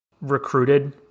recruited